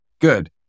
good